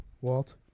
Walt